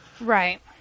Right